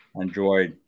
enjoy